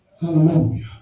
Hallelujah